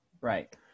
Right